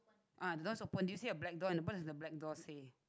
ah the door is open do you see a black door and what does the black door say